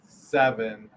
Seven